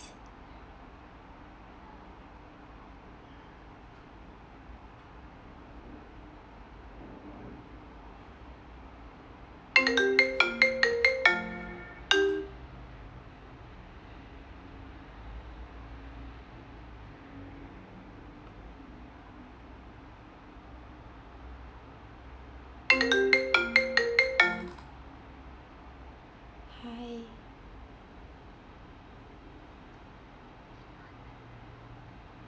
hi